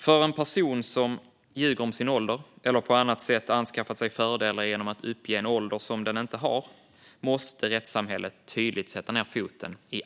För en person som har ljugit om sin ålder eller på annat sätt skaffat sig fördelar genom att uppge en ålder som personen inte har måste rättssamhället i alla fall tydligt sätta ned foten.